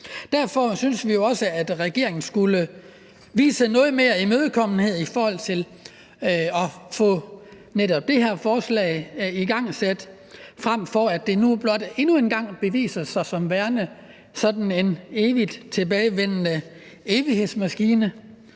Derfor synes vi jo også, at regeringen skulle vise noget mere imødekommenhed over for at få netop det her forslag igangsat, i stedet for at det nu endnu en gang viser sig at være sådan en tilbagevendende evighedsmaskine: